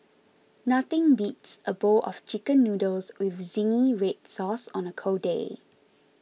nothing beats a bowl of Chicken Noodles with Zingy Red Sauce on a cold day